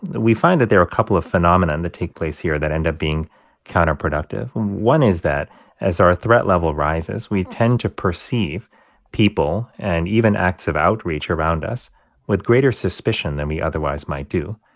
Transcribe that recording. we find that there are a couple of phenomena and that take place here that end up being counterproductive. one is that as our threat level rises, we tend to perceive people and even acts of outreach around us with greater suspicion than we otherwise might do.